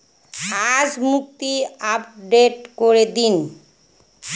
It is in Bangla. আজ মুক্তি আপডেট করে দিন